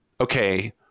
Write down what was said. okay